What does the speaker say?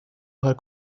her